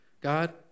God